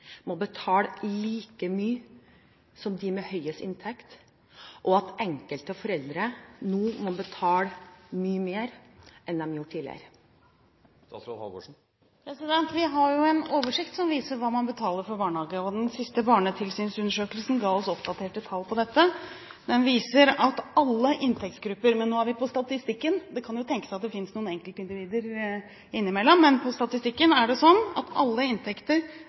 må betale like mye som de med høyest inntekt, og at enkelte foreldre nå må betale mye mer enn de gjorde tidligere? Vi har en oversikt som viser hva man betaler for barnehage, og den siste barnetilsynsundersøkelsen ga oss oppdaterte tall for dette. Den viser at alle inntektsgrupper – men nå er vi på statistikken, det kan jo tenkes at det finnes noen enkeltindivider innimellom – har fått redusert pris på barnehagen fra 2002 til 2010. Det